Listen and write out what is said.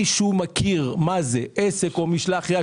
אם מישהו מכיר מה זה עסק או משלח יד